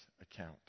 account